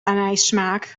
anijssmaak